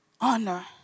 Honor